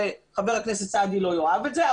חבר הכנסת סעדי לא יאהב את זה,